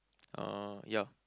uh ya